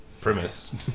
premise